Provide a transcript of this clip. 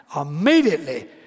immediately